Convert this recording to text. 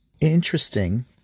interesting